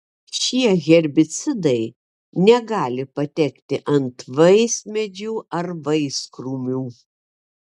šie herbicidai negali patekti ant vaismedžių ar vaiskrūmių